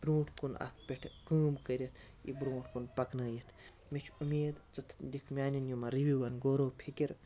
برٛونٛٹھ کُن اَتھ پیٚٹھ کٲم کٔرِتھ یہِ برٛونٛٹھ کُن پَکنٲوِتھ مےٚ چھِ اُمیٖد ژٕ دِکھ میٛانیٚن یِمَن رِوِوَن غور و فکر